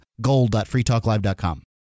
Gold.freetalklive.com